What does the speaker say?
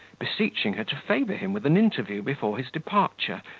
beseeching her to favour him with an interview before his departure,